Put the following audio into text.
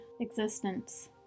existence